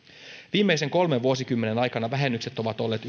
viimeisen kolmen vuosikymmenen aikana vähennykset ovat olleet